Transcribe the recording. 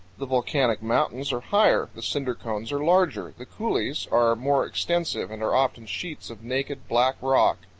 the volcanic mountains are higher, the cinder cones are larger, the coulees are more extensive and are often sheets of naked, black rock,